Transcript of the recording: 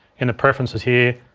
in the preferences here.